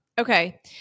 Okay